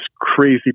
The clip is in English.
crazy